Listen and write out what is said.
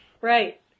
Right